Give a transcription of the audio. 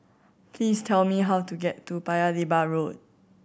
please tell me how to get to Paya Lebar Road